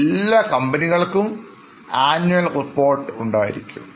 എല്ലാ കമ്പനികൾക്കും ആനുവൽ റിപ്പോർട്ട്ഉണ്ടാകും